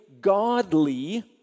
godly